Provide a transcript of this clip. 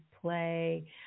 play